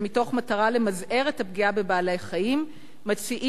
שמתוך מטרה למזער את הפגיעה בבעלי-חיים מציעים